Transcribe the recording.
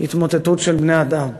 התמוטטות של בני-אדם,